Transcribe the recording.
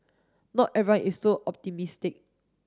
not everyone is so optimistic